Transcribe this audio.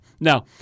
Now